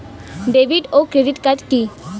David ও credit card কি?